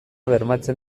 bermatzen